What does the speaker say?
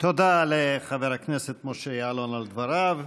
תודה לחבר הכנסת משה יעלון על דבריו.